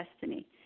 destiny